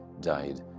died